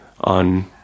on